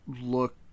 look